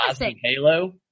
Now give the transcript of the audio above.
halo